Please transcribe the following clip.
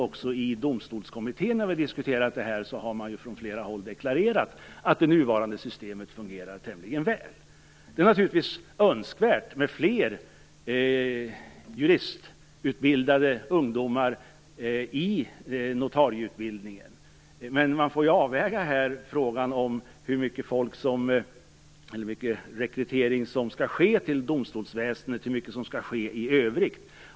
Också när vi har diskuterat detta i Domstolskommittén har man från flera håll deklarerat att det nuvarande systemet fungerar tämligen väl. Det är naturligtvis önskvärt med fler juristutbildade ungdomar i notarieutbildningen, men här får man överväga hur stor rekrytering som skall ske till domstolsväsendet och i övrigt.